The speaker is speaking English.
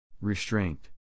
Restraint